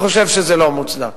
הוא חושב שזה לא מוצדק,